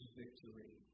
victory